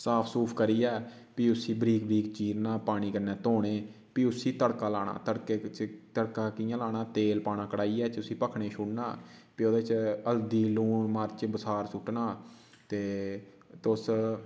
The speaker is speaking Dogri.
साफ सूफ करियै फ्ही उसी बरीक बरीक चीरना पानी कन्नै धोने फ्ही उसी तड़का लाना तड़का च तड़का कि'यां लाना तेल पाना कड़ाइयै च उयी भखने छुड़ना फ्ही ओह्दे च हल्दी लून मर्च बसार सुट्टना ते तुस